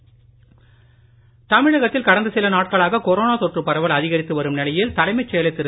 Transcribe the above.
தமிழகம் அபராதம் தமிழகத்தில் கடந்த சில நாட்களாக கொரோனா தொற்றுப் பரவல் அதிகரித்து வரும் நிலையில் தலைமைச் செயலர் திரு